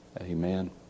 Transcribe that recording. Amen